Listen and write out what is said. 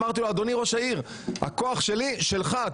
אמרתי לו: אדוני ראש העיר, הכוח שלי שלך.